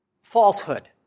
falsehood